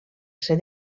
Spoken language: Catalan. ser